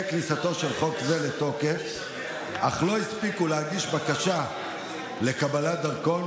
כניסתו של חוק זה לתוקף אך לא הספיקו להגיש בקשה לקבלת דרכון,